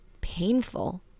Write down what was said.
painful